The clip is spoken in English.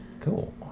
Cool